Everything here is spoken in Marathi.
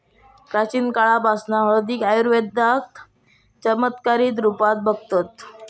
प्राचीन काळापासना हळदीक आयुर्वेदात चमत्कारीक रुपात बघतत